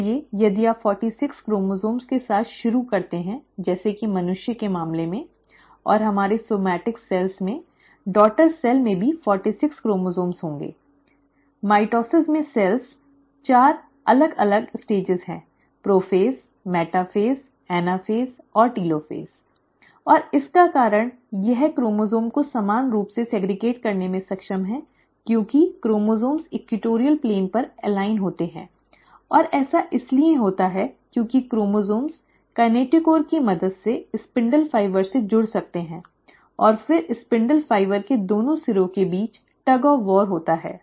इसलिए यदि आप 46 क्रोमोसोम्स के साथ शुरू करते हैं जैसे कि मनुष्यों के मामले में और हमारे सोमेटिक सेल्स में डॉटर सेल्स में भी 46 क्रोमोसोम्स होंगे और माइटोसिस में कोशिकाएं चार अलग अलग चरण हैं प्रोफ़ेज़ मेटाफ़ेज़ एनाफ़ेज़ और टेलोफ़ेज़ और इसका कारण यह क्रोमोसोम्स को समान रूप से अलग करने में सक्षम है क्योंकि क्रोमोसोम्स भूमध्यरेखीय तल पर संरेखित होते हैं और ऐसा इसलिए होता है क्योंकि क्रोमोसोम्स कैनेटोकोर की मदद से स्पिंडल फाइबर से जुड़ सकते हैं और फिर स्पिंडल फाइबर के दो सिरों के बीच रस्साकशी होती है